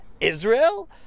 Israel